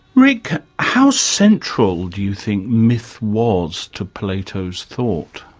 rick, how central do you think myth was to plato's thought?